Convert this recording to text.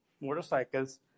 motorcycles